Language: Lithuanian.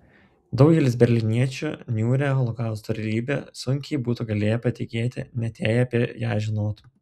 daugelis berlyniečių niūria holokausto realybe sunkiai būtų galėję patikėti net jei apie ją žinotų